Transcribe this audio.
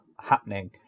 happening